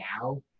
now